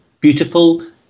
beautiful